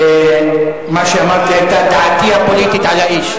מה שאמרתי היה דעתי הפוליטית על האיש.